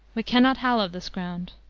we cannot hallow this ground.